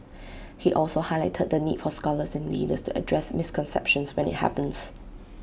he also highlighted the need for scholars and leaders to address misconceptions when IT happens